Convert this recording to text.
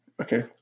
Okay